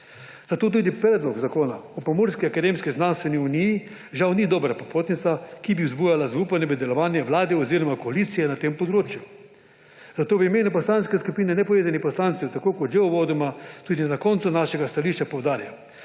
Zato tudi Predlog zakona o Pomurski akademsko-znanstveni uniji, žal, ni dobra popotnica, ki bi vzbujala zaupanje v delovanje Vlade oziroma koalicije na tem področju. Zato v imenu Poslanske skupine nepovezanih poslancev, tako kot že uvodoma, tudi na koncu našega stališča poudarjam,